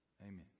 Amen